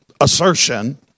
assertion